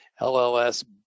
LLS